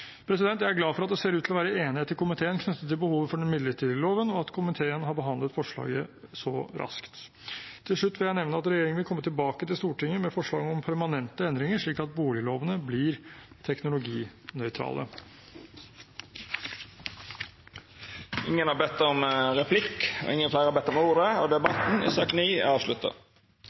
Jeg er glad for at det ser ut til å være enighet i komiteen knyttet til behovet for den midlertidige loven, og at komiteen har behandlet forslaget så raskt. Til slutt vil jeg nevne at regjeringen vil komme tilbake til Stortinget med forslag om permanente endringer slik at boliglovene blir teknologinøytrale. Fleire har ikkje bedt om ordet til sak nr. 9. Etter ynskje frå justiskomiteen vil presidenten ordna debatten